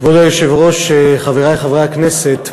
כבוד היושב-ראש, חברי חברי הכנסת,